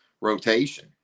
rotation